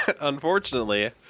Unfortunately